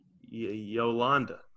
Yolanda